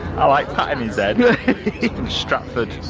i like patting his head stratford.